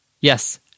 Yes